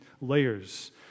layers